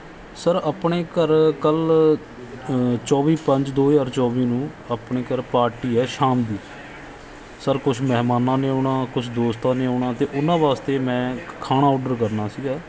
sir ਆਪਣੇ ਘਰ ਕੱਲ੍ਹ ਚੌਵੀਂ ਪੰਜ ਦੋ ਹਜ਼ਾਰ ਚੌਵੀ ਨੂੰ ਆਪਣੇ ਘਰ ਪਾਰਟੀ ਹੈ ਸ਼ਾਮ ਦੀ ਸਰ ਕੁਛ ਮਹਿਮਾਨਾਂ ਨੇ ਆਉਣਾ ਕੁਛ ਦੋਸਤਾਂ ਨੇ ਆਉਣਾ ਅਤੇ ਉਹਨਾਂ ਵਾਸਤੇ ਮੈਂ ਖਾਣਾ ਔਡਰ ਕਰਨਾ ਸੀਗਾ